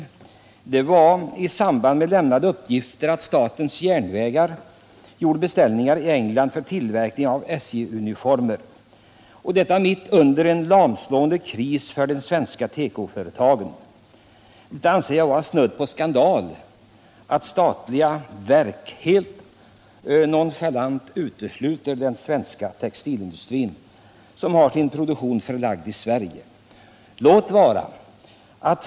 Anledningen till frågan var att det uppgavs att statens järnvägar lämnade beställningar till England för tillverkning av SJ-uniformer, och detta mitt under en kris som hotar att lamslå de svenska tekoföretagen. Jag anser att det är snudd på skandal när statliga verk helt nonchalant utesluter den svenska textilindustri som har sin produktion förlagd till Sverige.